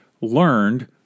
learned